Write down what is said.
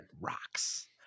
rocks